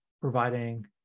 providing